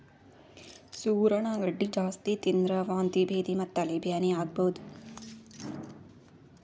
ಸೂರಣ ಗಡ್ಡಿ ಜಾಸ್ತಿ ತಿಂದ್ರ್ ವಾಂತಿ ಭೇದಿ ಮತ್ತ್ ತಲಿ ಬ್ಯಾನಿ ಆಗಬಹುದ್